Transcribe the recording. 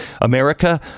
America